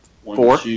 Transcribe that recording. Four